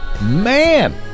man